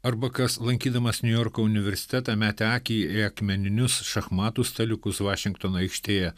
arba kas lankydamas niujorko universitetą metę akį į akmeninius šachmatų staliukus vašingtono aikštėje